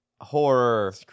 horror